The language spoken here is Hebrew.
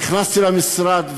ואני נכנסתי למשרד,